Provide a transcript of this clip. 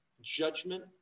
judgment